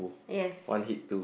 yes